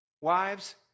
Wives